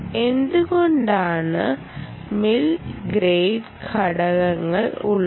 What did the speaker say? എന്തുകൊണ്ടാണ് mill grade ഘടകങ്ങൾ ഉള്ളത്